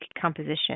composition